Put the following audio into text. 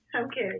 Okay